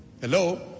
Hello